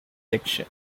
section